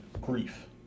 grief